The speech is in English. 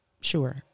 Sure